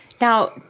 Now-